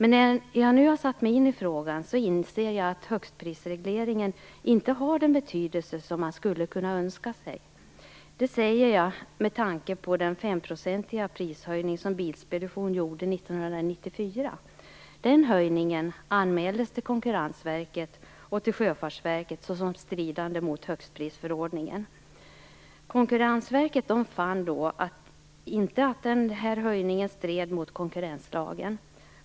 När jag nu har satt mig in i frågan inser jag att högstprisreglering inte har den betydelse som man skulle kunna önska sig. Det säger jag med tanke på den 5-procentiga prishöjning som Bilspedition gjorde 1994. Den höjningen anmäldes till Konkurrensverket och till Sjöfartsverket såsom stridande mot högstprisförordningen. Konkurrensverket fann inte att höjningen stred mot konkurrenslagen.